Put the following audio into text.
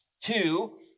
Two